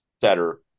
setter